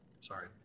Sorry